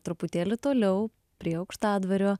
truputėlį toliau prie aukštadvario